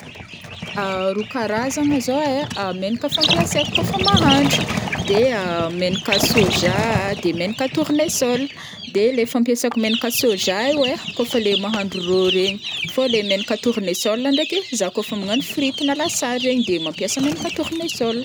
Roa karazagna zao ai menaka fampiasaiko kaofa mahandro, de menaka soja, de menaka tournesol, de leha fampiasako menaka soja io ai kaofa le mahandro rô regny, fao leha menaka tournesol ndraiky zah kaof magnano frity na lasary regny de mampiasa menaka tournesol.